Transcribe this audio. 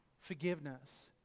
forgiveness